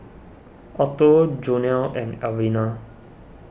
Otto Jonell and Alvena